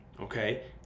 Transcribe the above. okay